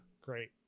great